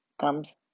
comes